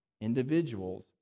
individuals